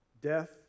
death